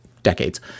decades